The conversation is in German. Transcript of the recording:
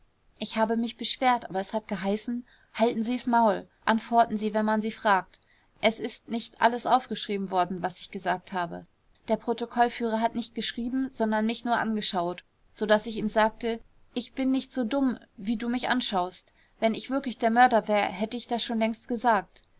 ich habe mich beschwert aber es hat geheißen halten sie's maul antworten sie wenn man sie fragt es ist nicht alles aufgeschrieben worden was ich gesagt habe der protokollführer hat nicht geschrieben sondern mich nur angeschaut so daß ich ihm sagte ich bin nicht so dumm wie du mich anschaust wenn ich wirklich der mörder wär hätt ich das schon längst gesagt